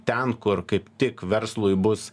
ten kur kaip tik verslui bus